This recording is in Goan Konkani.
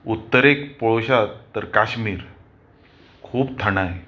उत्तरेक पळोवश्यात तर काश्मीर खूब थंडाय